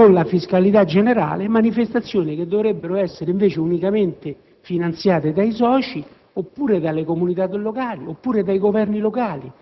della fiscalità generale manifestazioni che dovrebbero essere invece unicamente finanziate dai soci, oppure dalle comunità locali, dai governi locali,